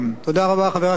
חבר הכנסת אחמד טיבי,